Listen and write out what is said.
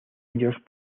ellos